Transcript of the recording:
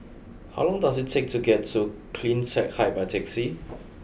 how long does it take to get to Cleantech Height by taxi